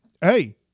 hey